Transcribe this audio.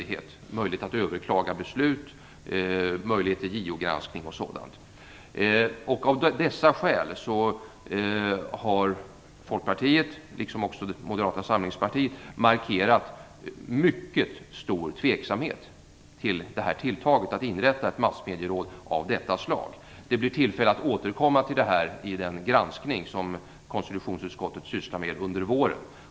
Det kommer inte att finnas möjlighet att överklaga beslut och möjlighet till JO-granskning och sådant. Av dessa skäl har Folkpartiet, liksom också Moderata samlingspartiet, markerat mycket stor tveksamhet till tilltaget att inrätta ett massmedieråd av detta slag. Det blir tillfälle att återkomma till detta i den granskning som konstitutionsutskottet sysslar med under våren.